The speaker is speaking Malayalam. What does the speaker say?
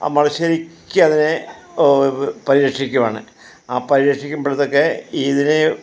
നമ്മൾ ശരിക്കതിനെ പ പരിരക്ഷിക്കുവാണ് ആ പരിരക്ഷിക്കുമ്പോളത്തേക്ക് ഇതിനെ